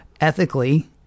Ethically